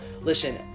listen